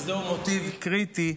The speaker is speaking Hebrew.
וזהו מוטיב קריטי,